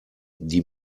die